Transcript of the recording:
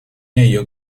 ello